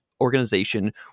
organization